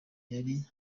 yari